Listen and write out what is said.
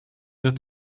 wird